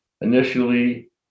initially